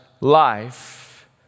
life